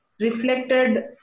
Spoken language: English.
reflected